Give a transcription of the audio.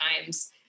times